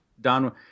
Don